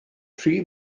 tri